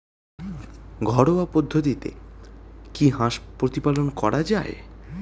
ঘরোয়া পদ্ধতিতে কি হাঁস প্রতিপালন করা যায়?